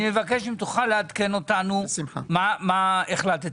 אני מבקש אם תוכל לעדכן אותנו מה החלטתם.